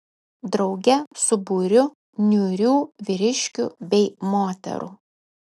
drauge su būriu niūrių vyriškių bei moterų